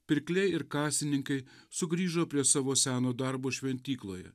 pirkliai ir kasininkai sugrįžo prie savo seno darbo šventykloje